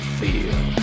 feel